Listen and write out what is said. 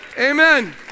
Amen